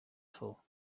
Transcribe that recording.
for